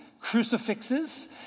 crucifixes